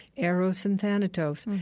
eros and thanatos,